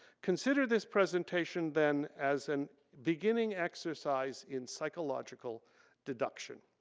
consider this presentation then as an beginning exercise in psychological deduction.